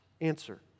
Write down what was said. Answer